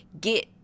get